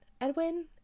Edwin